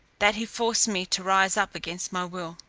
that he forced me to rise up against my will.